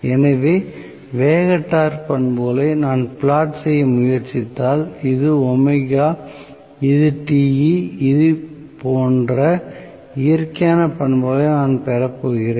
எனவே வேக டார்க் பண்புகளை நான் பிளாட் செய்ய முயற்சித்தால் இது இது Te இது போன்ற இயற்கையான பண்புகளை நான் பெறப்போகிறேன்